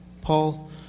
Paul